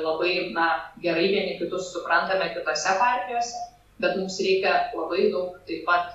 labai na gerai vieni kitus suprantame kitose partijos bet mums reikia labai daug taip pat